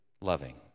loving